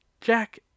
Jack